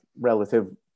relative